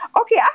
Okay